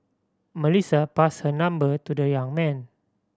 Melissa passed her number to the young man